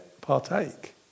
partake